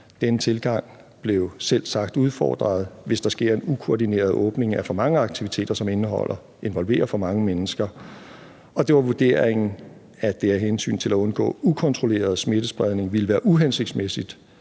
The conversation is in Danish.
Den tilgang bliver selvsagt udfordret, hvis der sker en ukoordineret åbning af for mange aktiviteter, som involverer for mange mennesker, og det var vurderingen, at det af hensyn til at undgå ukontrolleret smittespredning ville være uhensigtsmæssigt